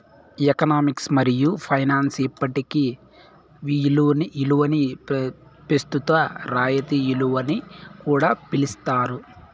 economics మరియు finance ఇప్పటి ఇలువని పెస్తుత రాయితీ ఇలువని కూడా పిలిస్తారు